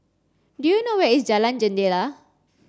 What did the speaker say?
do you know where is Jalan Jendela